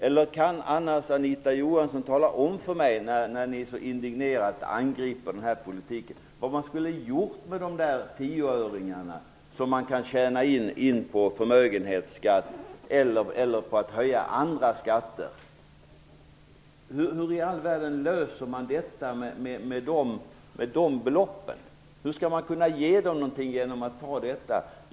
Eller kan Anita Johansson, som så indignerat angriper den här politiken, tala om för mig vad man skulle ha gjort med de där tioöringarna som man kan tjäna in på att ha en förmögenhetsskatt eller på att höja andra skatter? Hur i all världen skall man kunna ge dessa grupper någonting genom att ta sådana belopp?